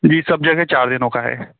जी सब जगह चार दिनों का है